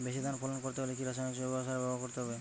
বেশি ধান ফলন করতে হলে কি রাসায়নিক জৈব সার ব্যবহার করতে হবে?